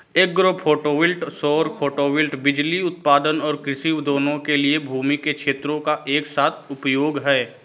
agro photovoltaic सौर photovoltaic बिजली उत्पादन और कृषि दोनों के लिए भूमि के क्षेत्रों का एक साथ उपयोग है